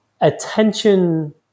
attention